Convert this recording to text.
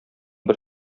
бер